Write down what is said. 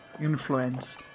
influence